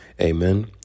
amen